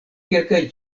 kelkaj